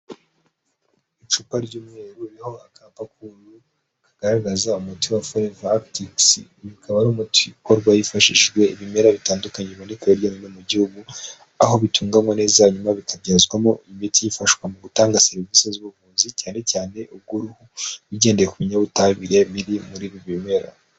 Icupa ry'umweru ririho akapa k’ubururu kagaragaza umuti wa Forever Arctic Sea, uyu ukaba ari umuti ukorwa hifashishijwe ibimera bitandukanye biboneka hirya no hino mu gihugu, aho bitunganwa neza hanyuma bikabyazwamo imiti ifashwa mu gutanga serivisi z'ubuvuzi cyane cyane ubw'uruhu bigendeye ku binyabutabire biri muri ibi bimera.